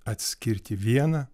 atskirti vieną